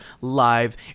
live